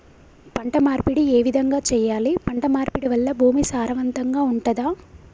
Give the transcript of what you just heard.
పంట మార్పిడి ఏ విధంగా చెయ్యాలి? పంట మార్పిడి వల్ల భూమి సారవంతంగా ఉంటదా?